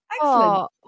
Excellent